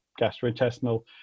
gastrointestinal